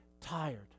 tired